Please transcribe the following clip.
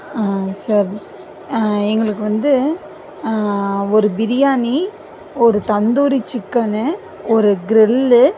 sir எங்களுக்கு வந்து ஒரு பிரியாணி ஒரு தந்தூரி சிக்கனு ஒரு கிரில்லு